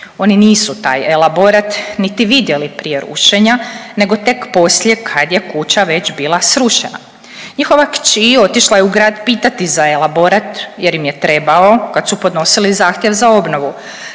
Oni nisu taj elaborat niti vidjeli prije rušenja nego tek poslije kad je kuća već bila srušena. Njihova kći otišla je pitati za elaborat jer im je trebao kad su podnosili zahtjev za obnovu,